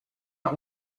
not